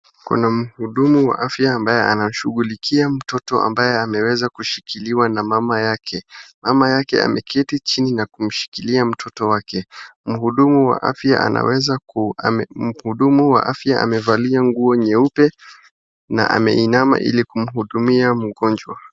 Kuna mhudumu wa afya ambaye anashughulikia mtoto ambaye ameweza kushiikiliwa na mama yake. Mama yake ameketi chini na kumshikilia mtoto wake. Mhudumu wa afya amevalia nguo nyeupe na ameinama ili kumhudumia mgonjwa.